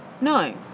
No